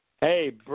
Hey